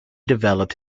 developed